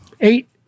Eight